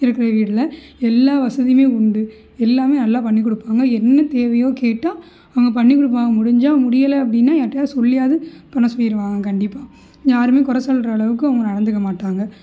இருக்கிற வீட்டுல எல்லா வசதியும் உண்டு எல்லாம் நல்லா பண்ணிக் கொடுப்பாங்க என்ன தேவையோ கேட்டால் அவங்க பண்ணிக் கொடுப்பாங்க முடிஞ்சால் முடியலை அப்படினா யாருட்டயாவது சொல்லியாவது பண்ண சொல்லிடுவாங்க கண்டிப்பாக யாரும் கொறை சொல்கிற அளவுக்கு அவங்க நடந்துக்க மாட்டாங்க